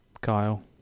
Kyle